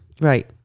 right